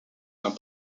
homme